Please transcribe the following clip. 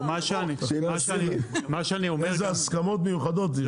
כלומר, לא באים במיוחד לבדוק את ה...